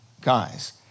guys